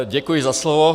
Děkuji za slovo.